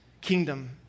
kingdom